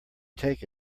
take